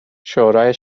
شورای